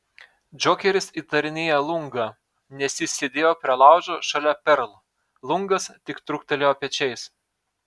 džokeris įtarinėja lungą nes jis sėdėjo prie laužo šalia perl lungas tik trūktelėjo pečiais